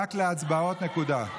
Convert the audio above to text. רק להצבעות, נקודה.